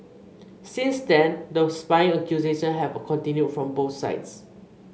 since then the spying accusation have continued from both sides